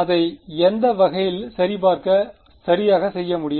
அதை எந்த வகையிலும் சரியாக செய்ய முடியும்